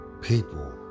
people